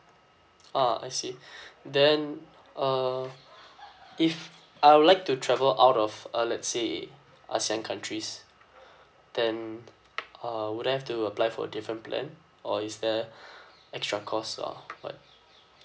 ah I see then uh if I would like to travel out of uh let's say ASEAN countries then uh would I have to apply for different plan or is there extra cost or what